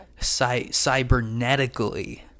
cybernetically